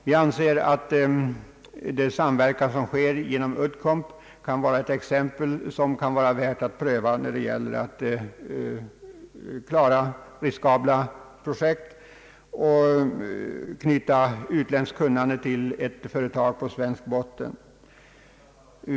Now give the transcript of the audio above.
Vi anser att den samverkan som sker genom Uddcomb kan vara ett exempel värt att pröva när det gäller att klara riskabla projekt och knyta utländskt kunnande till ett företag på svensk botten.